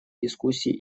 дискуссии